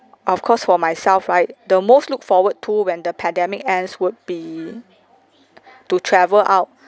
of course for myself right the most look forward to when the pandemic ends would be to travel out